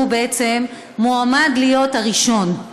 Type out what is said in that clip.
שהוא בעצם מועמד להיות הראשון,